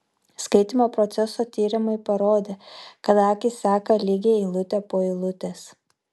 skaitymo proceso tyrimai parodė kad akys seka lygiai eilutę po eilutės